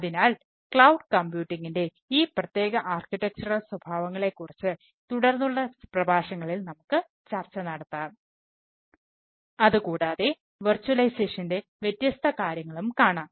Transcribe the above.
അതിനാൽ ക്ലൌഡ് കംപ്യൂട്ടിങ്നിൻറെ വ്യത്യസ്ത കാര്യങ്ങളും കാണാം